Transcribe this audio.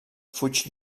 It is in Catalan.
fuig